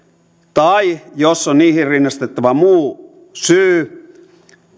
tai jos on niihin rinnastettava muu syy